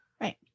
Right